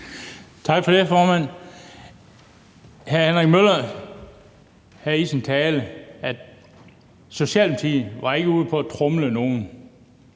Tak for det, formand. Hr. Henrik Møller sagde i sin tale, at Socialdemokratiet ikke var ude på at tromle nogen.